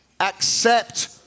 Accept